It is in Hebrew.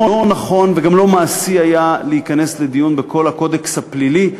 לא נכון וגם לא מעשי היה להיכנס לדיון בכל הקודקס הפלילי,